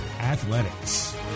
Athletics